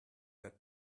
that